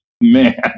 Man